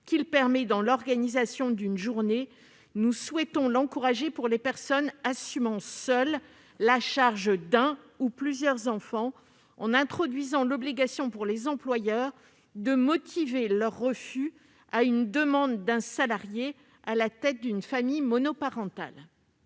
qu'il permet dans l'organisation d'une journée. C'est la raison pour laquelle nous souhaitons l'encourager pour les personnes assumant seules la charge d'un ou plusieurs enfants en introduisant l'obligation pour les employeurs de motiver leur refus à une demande émanant d'un salarié à la tête d'une famille monoparentale.